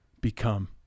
become